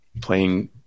playing